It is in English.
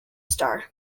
star